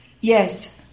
Yes